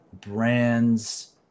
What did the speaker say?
brands